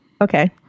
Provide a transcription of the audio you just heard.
okay